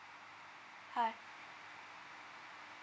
hi